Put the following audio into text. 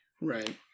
Right